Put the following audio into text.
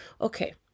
okay